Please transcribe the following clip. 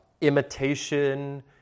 imitation